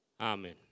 amen